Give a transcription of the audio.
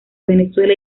venezuela